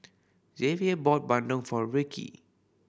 Javier bought bandung for Rikki